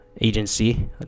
agency